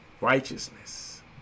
Righteousness